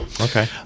Okay